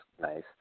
nice